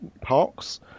parks